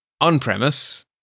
on-premise